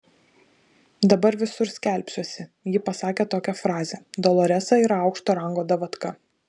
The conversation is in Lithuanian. dabar visur skelbsiuosi ji pasakė tokią frazę doloresa yra aukšto rango davatka